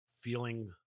feeling